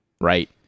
right